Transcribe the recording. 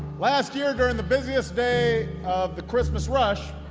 last year, during the busiest day of the christmas rush,